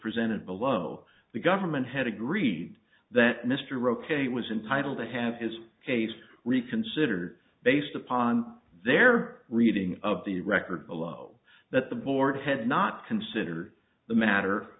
presented below the government had agreed that mr roquet was entitle to have his case reconsidered based upon their reading of the record below that the board had not considered the matter